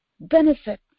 benefit